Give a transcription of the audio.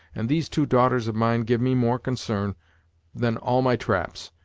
and these two daughters of mine give me more concern than all my traps,